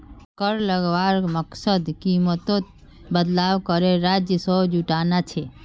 कर लगवार मकसद कीमतोत बदलाव करे राजस्व जुटाना छे